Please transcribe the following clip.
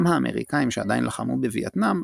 גם האמריקאים שעדיין לחמו בווייטנאם,